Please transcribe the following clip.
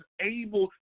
able